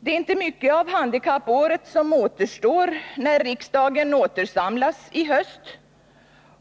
Det är inte mycket av handikappåret som återstår när riksdagen åter samlas i höst.